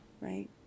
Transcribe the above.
right